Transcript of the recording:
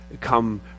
come